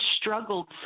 struggled